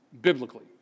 biblically